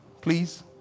Please